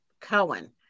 Cohen